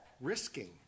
risking